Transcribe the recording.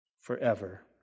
Forever